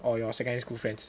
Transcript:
or your secondary school friends